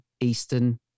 Eastern